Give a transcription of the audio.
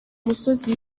musozi